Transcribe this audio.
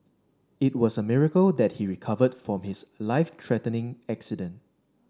it was a miracle that he recovered from his life threatening accident